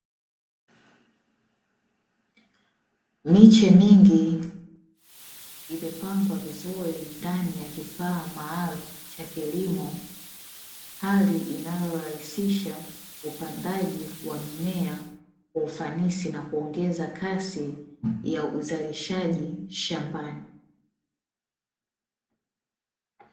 Miche mingi imepangwa vizuri ndani ya kifaa maalum cha kilimo, hali inayo rahisisha upandaji wa mimea kwa ufanisi na kuongeza kasi ya uzalishaji shambani.